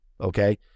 okay